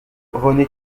rené